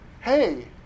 hey